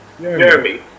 Jeremy